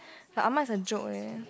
but Ahmad is a joke eh